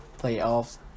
playoffs